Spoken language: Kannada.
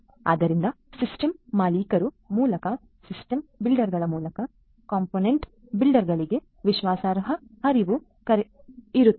ಆದ್ದರಿಂದ ಸಿಸ್ಟಮ್ ಮಾಲೀಕರ ಮೂಲಕ ಸಿಸ್ಟಮ್ ಬಿಲ್ಡರ್ಗಳ ಮೂಲಕ ಕಾಂಪೊನೆಂಟ್ ಬಿಲ್ಡರ್ಗಳಿಗೆ ವಿಶ್ವಾಸಾರ್ಹ ಹರಿವು ಹರಿಯುತ್ತದೆ